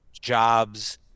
jobs